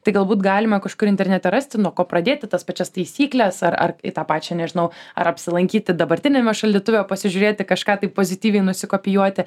tai galbūt galima kažkur internete rasti nuo ko pradėti tas pačias taisykles ar ar į tą pačią nežinau ar apsilankyti dabartiniame šaldytuve pasižiūrėti kažką taip pozityviai nusikopijuoti